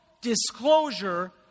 disclosure